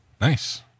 Nice